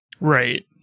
Right